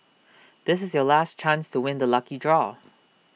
this is your last chance to win the lucky draw